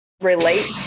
relate